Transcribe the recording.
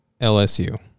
LSU